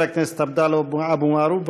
חבר הכנסת עבדאללה אבו מערוף,